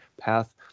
path